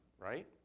Right